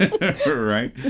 Right